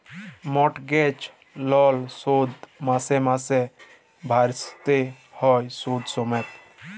mortgage লল শোধ মাসে মাসে ভ্যইরতে হ্যয় সুদ সমেত